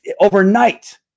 overnight